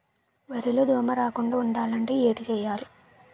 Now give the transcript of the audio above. వరిలో దోమ రాకుండ ఉండాలంటే ఏంటి చేయాలి?